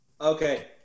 Okay